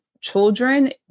children